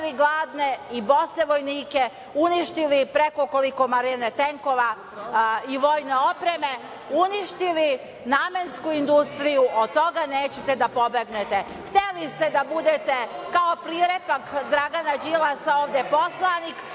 gladne i bose vojnike, uništili preko, koliko Marjane, tenkova i vojne opreme, uništili namensku industriju. Od toga nećete da pobegnete. Hteli ste da budete kao prilepak Dragana Đilasa ovde poslanik,